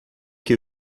que